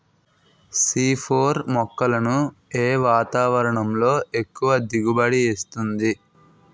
C four మొక్కలను ఏ వాతావరణంలో ఎక్కువ దిగుబడి ఇస్తుంది?